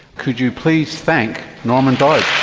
could you please thank norman doidge?